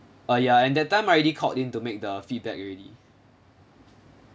ah ya and that time I already called in to make the feedback already